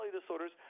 disorders